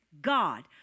God